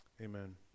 Amen